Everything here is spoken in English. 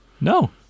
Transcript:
No